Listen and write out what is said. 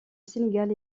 sénégal